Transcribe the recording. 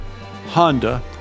Honda